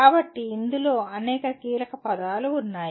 కాబట్టి ఇందులో అనేక కీలకపదాలు ఉన్నాయి